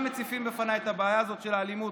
מציפים בפניי את הבעיה הזאת של האלימות,